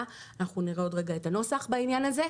- עוד רגע נראה את הנוסח בעניין הזה.